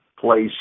place